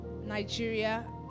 Nigeria